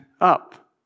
up